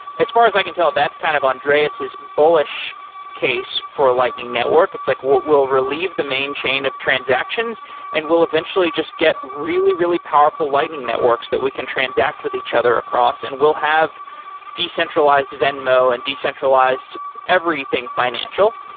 as far as i can tell, that's kind of andreas' bullish case for lightning network. it's like we'll we'll relieve the main chain of transactions and we'll eventually just get really, really powerful lightning networks that we can transact with each other across and will have decentralized venmo and decentralized everything financial.